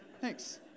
Thanks